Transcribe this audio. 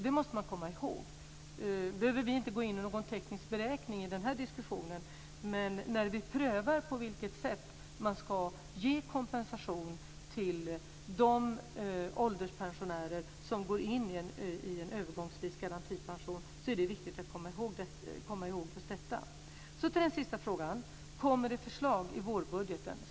Det måste man komma ihåg. Nu behöver vi inte gå in på en teknisk beräkning i den här diskussionen men när vi prövar på vilket sätt kompensation ska ges till de ålderspensionärer som går in i en övergångsvis garantipension är det viktigt att komma ihåg just detta. Så till den sista frågan, om det kommer förslag i vårbudgeten.